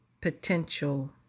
potential